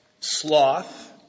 sloth